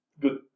good